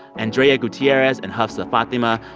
andrea gutierrez and hafsa fathima.